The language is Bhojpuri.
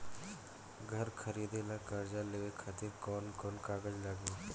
घर खरीदे ला कर्जा लेवे खातिर कौन कौन कागज लागी?